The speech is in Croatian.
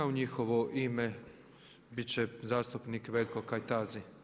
U njihovo ime bit će zastupnik Veljko Kajtazi.